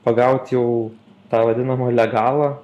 pagaut jau tą vadinamą legalą